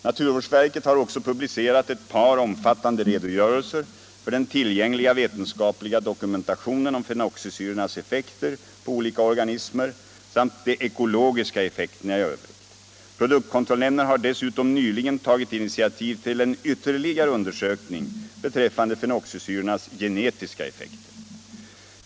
Naturvårdsverket har också publicerat ett par omfattande redogörelser för den tillgängliga vetenskapliga dokumentationen om fenoxisyrornas effekter på olika organismer samt de ekologiska effekterna i övrigt. Produktkontrollnämnden har dessutom nyligen tagit initiativ till en ytterligare undersökning beträffande fenoxisyrornas genetiska effekter.